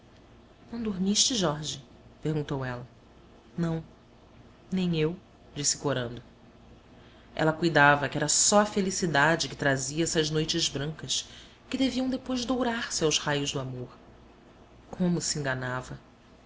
realmente não dormiste jorge perguntou ela não nem eu disse corando ela cuidava que era só a felicidade que trazia essas noites brancas que deviam depois dourar se aos raios do amor como se enganava